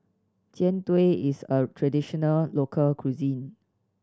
Jian Dui is a traditional local cuisine